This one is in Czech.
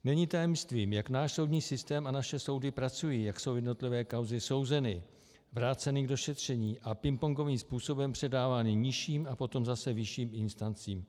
Není tajemstvím, jak náš soudní systém a naše soudy pracují, jak jsou jednotlivé kauzy souzeny, vraceny k došetření a pingpongovým způsobem předávány nižším a potom zase vyšším instancím.